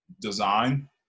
Design